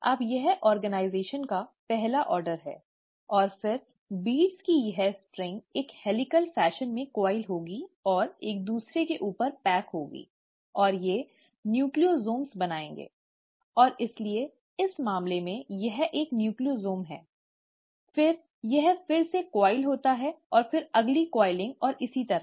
अब यह ऑर्गनिज़ेशन का पहला ऑर्डर है और फिर बीड्ज़ की यह स्ट्रिंग एक हेलिकल् फैशन में कॉइल होगी और एक दूसरे के ऊपर पैक होगी और ये न्यूक्लियोसोम बनाएंगे और इसलिए इस मामले में यह एक न्यूक्लियोसोम है फिर यह फिर से कॉइल होता है और फिर अगली कोइलिंग और इसी तरह